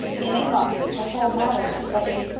in a month the whole matter was settled,